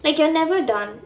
like you're never done